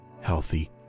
healthy